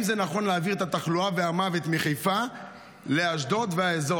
האם זה נכון להעביר את התחלואה והמוות מחיפה לאשדוד והאזור?